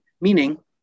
meaning